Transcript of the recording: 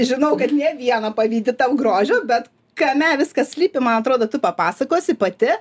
žinau kad ne viena pavydi tau grožio bet kame viskas slypi man atrodo tu papasakosi pati